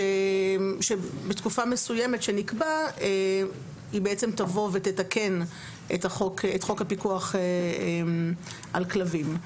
שבתקופה מסוימת שנקבע היא תבוא ותתקן את חוק הפיקוח על כלבים.